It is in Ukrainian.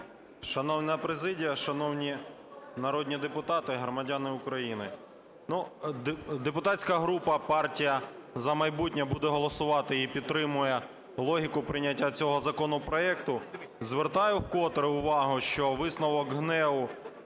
Шановна президія, шановні народні депутати, громадяни України! Депутатська група партія "За майбутнє" буде голосувати і підтримує логіку прийняття цього законопроекту. Звертаю вкотре увагу, що висновок ГНЕУ: